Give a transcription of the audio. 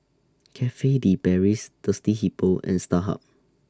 Cafe De Paris Thirsty Hippo and Starhub